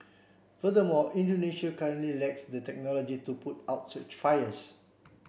furthermore Indonesia currently lacks the technology to put out such fires